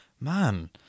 Man